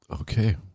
Okay